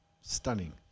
stunning